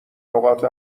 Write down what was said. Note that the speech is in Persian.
نقاط